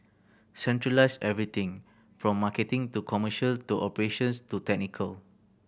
centralise everything from marketing to commercial to operations to technical